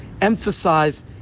emphasize